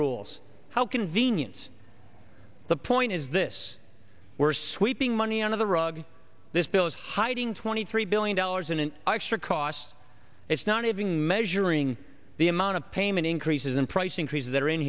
rules how convenient the point is this were sweeping money under the rug this bill is hiding twenty three billion dollars in an extra cost it's not having measuring the amount of payment increases in price increases th